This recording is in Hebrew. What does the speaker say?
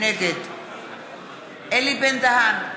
נגד אלי בן-דהן,